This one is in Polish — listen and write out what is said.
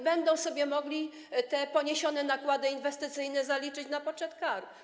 Będą oni mogli te poniesione nakłady inwestycyjne zaliczyć na poczet kar.